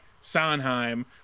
sondheim